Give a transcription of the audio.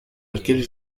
laquelle